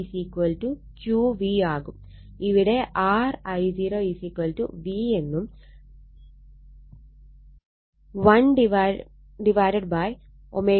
ഇവിടെ R I0 V എന്നും 1ω0 C R Q എന്നുമാണ്